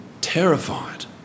terrified